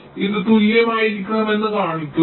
ഇത് തുല്യമായിരിക്കണമെന്ന് കാണുക